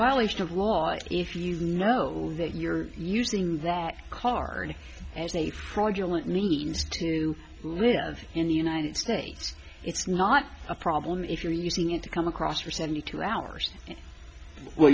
violation of law if you know that you're using that card and eight fraudulent needs to live in the united states it's not a problem if you're using it to come across for seventy two hours well